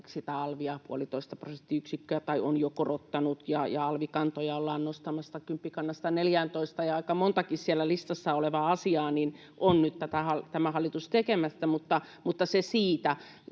alvia puolitoista prosenttiyksikköä, tai on jo korottanut, ja alvikantoja ollaan nostamassa kymppikannasta neljääntoista, ja aika montakin siellä listassa olevaa asiaa on nyt tämä hallitus tekemässä.